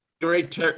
great